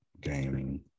gaming